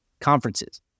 conferences